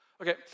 Okay